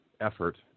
effort